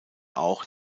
auch